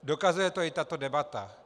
Dokazuje to i tato debata.